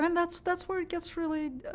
and that's that's where it gets really